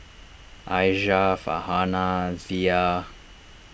Aisyah Farhanah Dhia